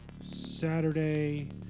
Saturday